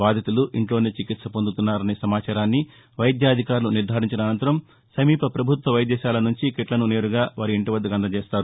బాధితులు ఇంట్లోనే చికిత్స పొందుతున్నారనే సమాచారాన్ని వైద్యాధికారులు నిర్గారించిన అసంతరం సమీప పభుత్వ వైద్యశాల నుంచి కిట్లను నేరుగా వారి ఇంటివద్దకు అందజేస్తారు